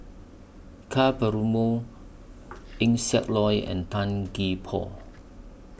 Ka Perumal Eng Siak Loy and Tan Gee Paw